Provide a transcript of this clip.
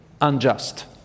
unjust